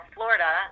Florida